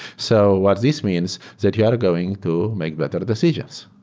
so what this means, that you are going to make better decisions.